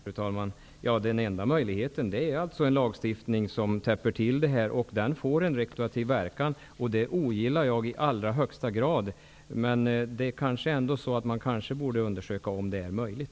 Fru talman! Den enda möjligheten är lagstiftning, som då får retroaktiv verkan. Det ogillar jag i allra högsta grad, men man kanske borde undersöka om det är möjligt.